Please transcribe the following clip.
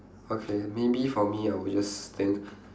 okay maybe for me I will just think